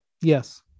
Yes